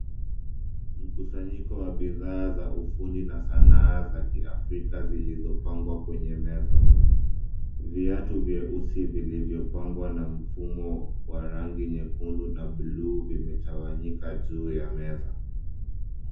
Mkusanyiko wa bidhaa za ufundi na sanaa za kiafrika zilizopangwa kwenye meza. Viatu vyeusi vilivyopambwa na mfumo wa rangi nyekundu na blue vimetawanyika juu ya meza.